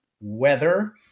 weather